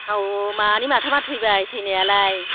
मानै माथामा थैबाय थैनायालाय